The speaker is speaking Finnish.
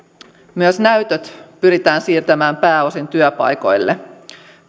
myös näytöt pyritään siirtämään pääosin työpaikoille